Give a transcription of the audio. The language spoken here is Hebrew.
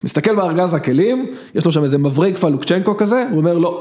מסתכל בארגז הכלים, יש לו שם איזה מבריג פלוקצ'נקו כזה, הוא אומר לא